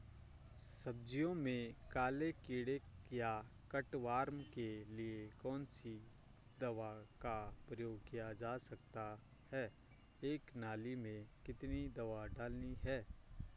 सब्जियों में काले कीड़े या कट वार्म के लिए कौन सी दवा का प्रयोग किया जा सकता है एक नाली में कितनी दवा डालनी है?